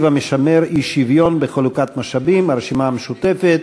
המשמר אי-שוויון בחלוקת משאבים, הרשימה המשותפת.